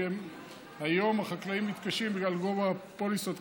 כי היום החקלאים מתקשים בגלל גובה הפוליסות,